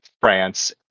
France